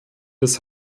des